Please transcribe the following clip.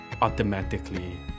Automatically